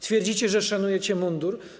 Twierdzicie, że szanujecie mundur?